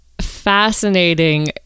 fascinating